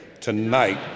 Tonight